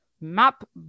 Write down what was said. map